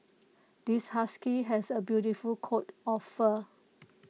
this husky has A beautiful coat of fur